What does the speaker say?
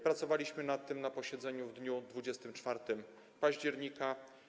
Pracowaliśmy nad tym na posiedzeniu w dniu 24 października.